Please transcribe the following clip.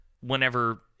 Whenever